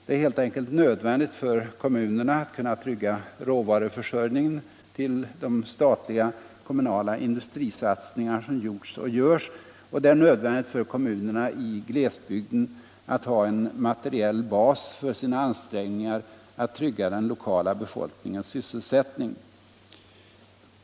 Det är helt enkelt nödvändigt för kommunerna att kunna trygga råvaruförsörjningen till de statliga-kommunala industrisatsningar som har gjorts och görs. Det är nödvändigt för kommunerna i glesbygden att ha en materiell bas för sina ansträngningar att trygga den lokala befolkningens sysselsättning.